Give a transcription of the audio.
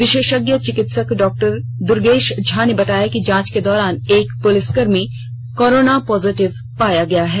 विशेषज्ञ चिकित्सक डॉ दुर्गेश झा ने बताया कि जांच के दौरान एक पुलिसकर्मी कोरोना पॉजिटिव पाया गया है